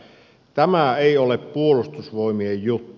tämä ei ole puolustusvoimien juttu